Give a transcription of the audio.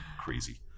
crazy